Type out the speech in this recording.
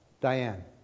Diane